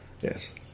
Yes